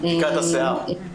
בדיקת השיער.